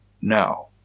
Now